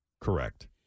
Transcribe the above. Correct